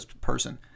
person